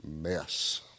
mess